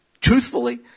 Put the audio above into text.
truthfully